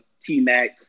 T-Mac